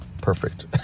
perfect